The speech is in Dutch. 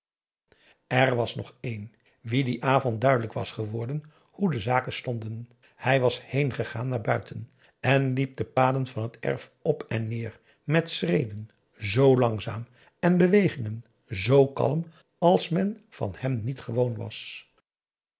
er was nog één wien dien avond duidelijk was geworden hoe de zaken stonden hij was heengegaan naar buiten en liep de paden van het erf op en nêer met schreden z langzaam en bewegingen z kalm als men van hem niet gewoon was